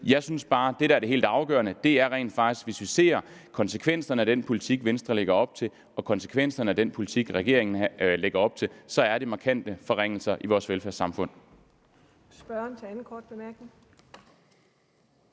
Jeg synes bare, at det, der er det helt afgørende, rent faktisk er, at hvis vi ser konsekvenserne af den politik, Venstre lægger op til, i forhold til konsekvenserne af den politik, regeringen lægger op til, så giver Venstres politik markante forringelser i vores velfærdssamfund.